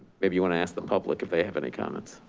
maybe you wanna ask the public if they have any comments.